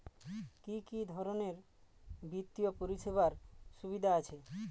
কি কি ধরনের বিত্তীয় পরিষেবার সুবিধা আছে?